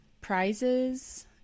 prizes